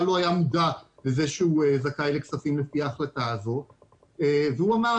לא היה מודע לזה שהוא זכאי לכספים לפי ההחלטה הזאת והוא אמר,